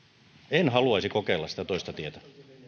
en haluaisi kokeilla sitä toista tietä